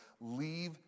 leave